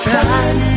time